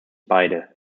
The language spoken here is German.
beide